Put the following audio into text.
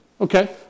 Okay